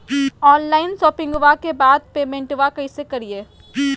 Online शोपिंग्बा के बाद पेमेंटबा कैसे करीय?